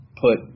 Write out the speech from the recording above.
put